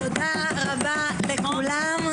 תודה רבה לכולם.